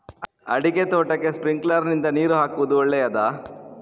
ಅಡಿಕೆ ತೋಟಕ್ಕೆ ಸ್ಪ್ರಿಂಕ್ಲರ್ ನಿಂದ ನೀರು ಹಾಕುವುದು ಒಳ್ಳೆಯದ?